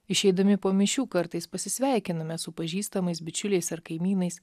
išeidami po mišių kartais pasisveikiname su pažįstamais bičiuliais ar kaimynais